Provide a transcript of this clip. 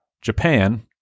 Japan